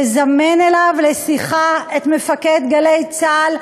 לזמן אליו לשיחה את מפקד "גלי צה"ל":